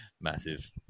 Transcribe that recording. massive